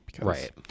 Right